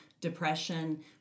depression